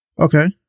Okay